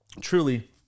Truly